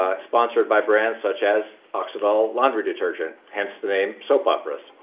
sponsored by brands such as oxydol laundry detergent, hence the name soap operas.